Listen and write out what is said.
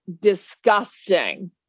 disgusting